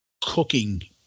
cooking